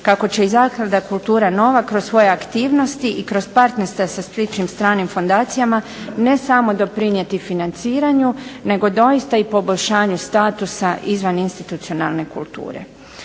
kako će i zaklada "Kultura nova" kroz svoje aktivnosti i kroz partnerstva sa sličnim stranim fondacijama ne samo doprinijeti financiranju, nego doista i poboljšanju statusa izvaninstitucionalne kulture.